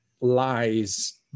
lies